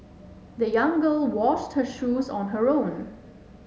the young girl washed her shoes on her own